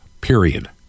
period